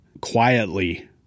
quietly